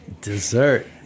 Dessert